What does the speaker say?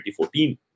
2014